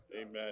Amen